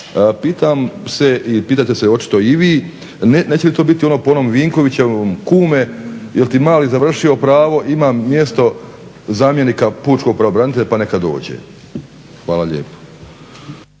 Pitam se i pitate se očito i vi, neće li to biti po onom Vinkovićevom "Kume jel ti mali završio pravo, imam mjesto zamjenika pučkog pravobranitelja, pa neka dođe." Hvala lijepo.